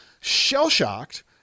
shell-shocked